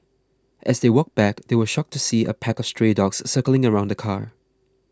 as they walked back they were shocked to see a pack of stray dogs circling around the car